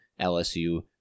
LSU